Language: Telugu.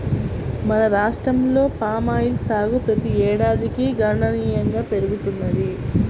మన రాష్ట్రంలో పామాయిల్ సాగు ప్రతి ఏడాదికి గణనీయంగా పెరుగుతున్నది